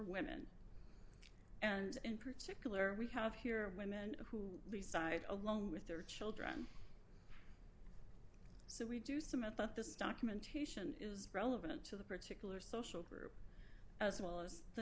women and in particular we have here women who reside along with their children so we do some of this documentation is relevant to the particular social group as well as the